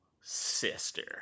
Sister